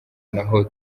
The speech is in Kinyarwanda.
naho